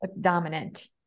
Dominant